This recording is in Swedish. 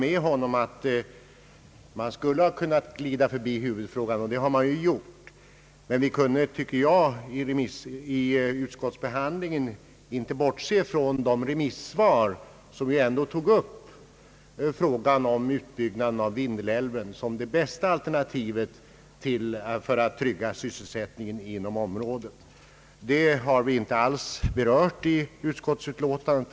Även om det alltså är riktigt att utskottet glidit förbi huvudfrågan har vi dock vid utskottsbehandlingen icke ansett oss kunna bortse från de remissvar, i vilka en utbyggnad av Vindelälven tagits upp såsom bästa alternativ för att trygga sysselsättningen inom området. Detta har vi inte alls berört i utskottsutlåtandet.